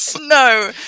no